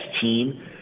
team